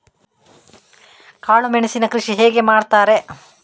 ಕಾಳು ಮೆಣಸಿನ ಕೃಷಿ ಹೇಗೆ ಮಾಡುತ್ತಾರೆ?